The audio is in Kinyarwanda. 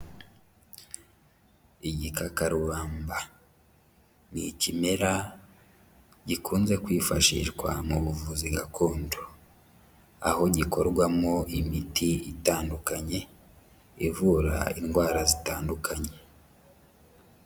Igikakarubamba, ni ikimera gikunze kwifashishwa mu buvuzi gakondo, aho gikorwamo imiti itandukanye, ivura indwara zitandukanye.